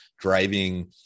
driving